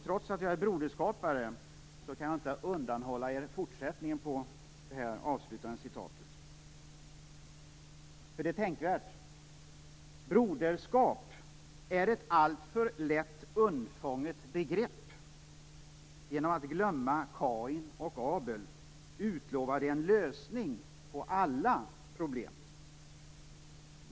Trots att jag är broderskapare, kan jag inte undanhålla er avslutningen, eftersom det är tänkvärt: Broderskap är ett alltför lätt undfånget begrepp. Genom att glömma Kain och Abel utlovar de en lösning på alla problem.